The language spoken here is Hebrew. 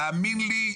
תאמין לי,